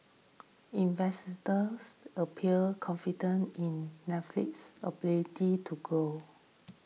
investors appear confident in Netflix's ability to grow